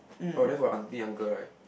oh then got auntie uncle right